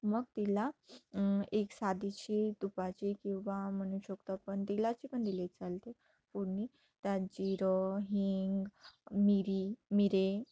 मग तिला एक साधीशी तुपाची किंवा म्हणू शकतो आपण तेलाची पण दिले चालते पुरणी त्यात जिरं हिंग मिरी मिरी